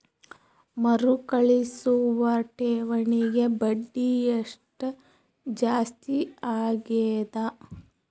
ಮರುಕಳಿಸುವ ಠೇವಣಿಗೆ ಬಡ್ಡಿ ಎಷ್ಟ ಜಾಸ್ತಿ ಆಗೆದ?